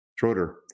Schroeder